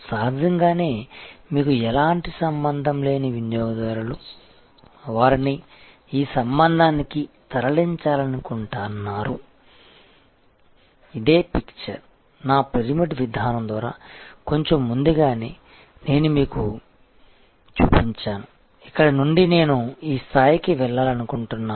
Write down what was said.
సహజంగానే మీకు ఎలాంటి సంబంధం లేని వినియోగదారులు వారిని ఈ సంబంధానికి తరలించాలనుకుంటున్నారు ఇదే పిక్చర్ నా పిరమిడ్ విధానం ద్వారా కొంచెం ముందుగానే నేను మీకు చూపించాను ఇక్కడ నుండి నేను ఈ స్థాయికి వెళ్లాలనుకుంటున్నాను